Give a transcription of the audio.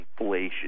inflation